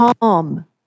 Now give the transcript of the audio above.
calm